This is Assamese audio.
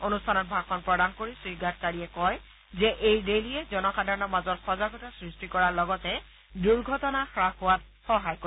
অনুষ্ঠানত ভাষণ প্ৰদান কৰি শ্ৰীগাডকাৰীয়ে কয় যে এই ৰেলীয়ে জনসাধাৰণৰ মাজত সজাগতা সৃষ্টি কৰাৰ লগতে দুৰ্ঘটনা হাস হোৱাত সহায় কৰিব